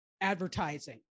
advertising